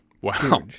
Wow